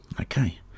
Okay